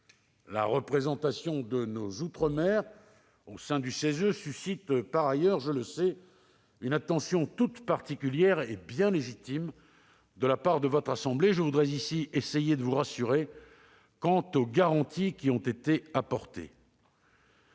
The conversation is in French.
La représentation de nos outre-mer au sein du CESE suscite par ailleurs, je le sais, une attention toute particulière et bien légitime de la part de votre assemblée. Je voudrais ici essayer de vous rassurer quant aux garanties qui ont été apportées.